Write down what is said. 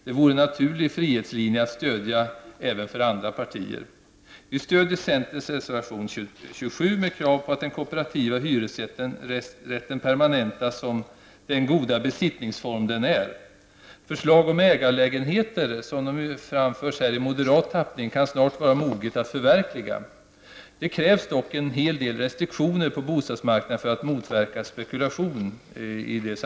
Det vore en naturlig frihetslinje att även andra partier stödde det kravet. Vi stöder centerns reservation nr 27 med krav på att den kooperativa hyresrätten permanentas som den goda besittningsform den är. Förslaget om ägarlägenheter, såsom de här framförs i moderat tappning, kan snart vara moget att förverkligas. Det krävs dock en hel del restriktioner på bostadsmarknaden för att motverka spekulation.